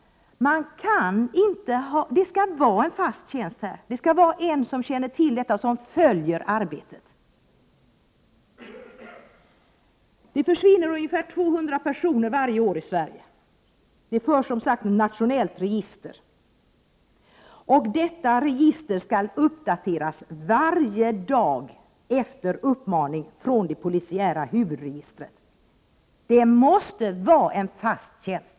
Det skall vara en fast tjänst, en person som känner till det hela och som följer arbetet. I Sverige försvinner det varje år ungefär 200 personer. Det förs som sagt ett nationellt register, som skall uppdateras varje dag efter uppmaning från det polisiära huvudregistret. Det måste vara en fast tjänst!